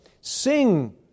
Sing